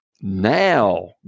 Now